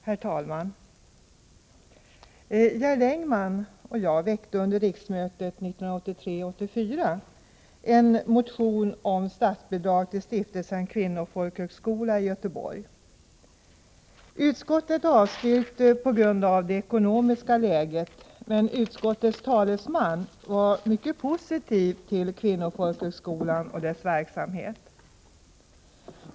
Herr talman! Gerd Engman och jag väckte under riksmötet 1983/84 en motion om statsbidrag till stiftelsen Kvinnofolkhögskolan i Göteborg. Utskottet avstyrkte på grund av det ekonomiska läget, men utskottets talesman var mycket positiv till Kvinnofolkhögskolan och dess verksamhet.